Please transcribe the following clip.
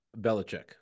Belichick